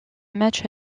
match